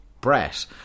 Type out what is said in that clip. Brett